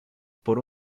por